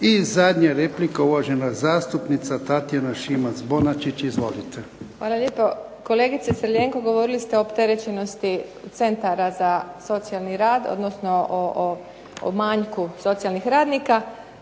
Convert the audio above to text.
I zadnja replika uvažena zastupnica Tatjana Šimac-Bonačić. Izvolite. **Šimac Bonačić, Tatjana (SDP)** Hvala lijepo. Kolegice Crljenko, govorili ste o opterećenosti centara za socijalni rad odnosno o manjku socijalnih radnika